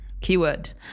keyword